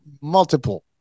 multiple